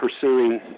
pursuing